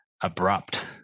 abrupt